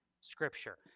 scripture